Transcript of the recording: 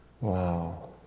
Wow